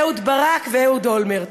אהוד ברק ואהוד אולמרט.